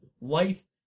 Life